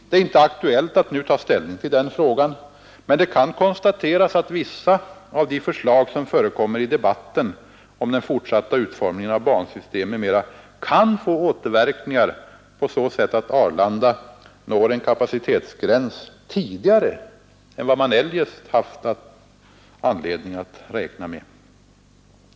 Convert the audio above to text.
Det är inte aktuellt att nu ta ställning till den frågan, men det kan konstateras att vissa av de förslag som förekommer i debatten om den fortsatta utformningen av bansystem m.m. kan få återverkningar på så sätt att Arlanda når en kapacitetsgräns tidigare än man eljest haft anledning att räkna med.